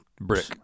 Brick